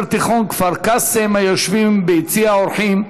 תיכון כפר-קאסם היושבים ביציע האורחים: